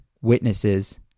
witnesses